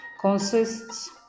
consists